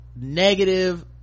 negative